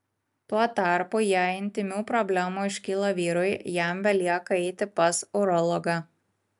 tuo tarpu jei intymių problemų iškyla vyrui jam belieka eiti pas urologą